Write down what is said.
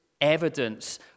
evidence